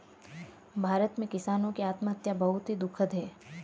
भारत में किसानों की आत्महत्या बहुत ही दुखद है